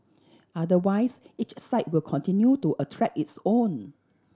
otherwise each site will continue to attract its own